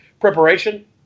preparation